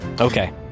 Okay